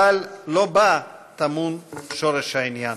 אבל לא בה טמון שורש העניין.